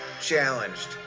challenged